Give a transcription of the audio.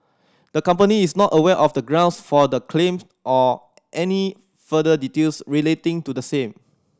the company is not aware of the grounds for the claim or any further details relating to the same